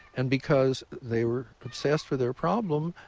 and because they were obsessed with their problem,